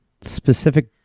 specific